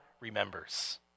remembers